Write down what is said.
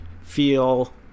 feel